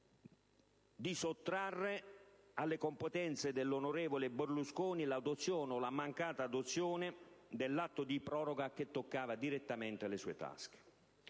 di sottrarre alle competenze dell'onorevole Berlusconi l'adozione, o la mancata adozione, dell'atto di proroga che toccava direttamente le sue tasche.